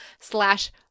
slash